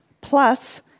plus